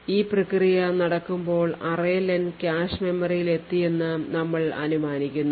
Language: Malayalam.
ഈ പ്രക്രിയ നടക്കുമ്പോൾ array len കാഷെ മെമ്മറിയിലെത്തിയെന്ന് നമ്മൾ അനുമാനിക്കുന്നു